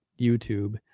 YouTube